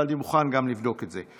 אבל אני מוכן גם לבדוק את זה.